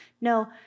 No